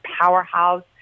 powerhouse